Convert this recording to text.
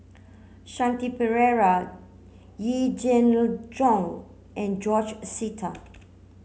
Shanti Pereira Yee Jenn Jong and George Sita